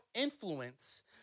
influence